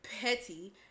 petty